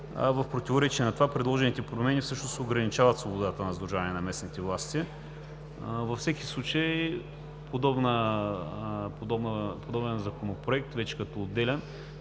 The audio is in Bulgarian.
В противоречие на това предложените промени всъщност ограничават свободата на сдружаване на местните власти. Във всеки случай подобен законопроект, като отделен,